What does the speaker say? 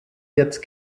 jetzt